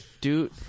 dude